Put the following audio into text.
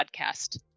podcast